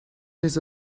his